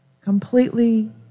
completely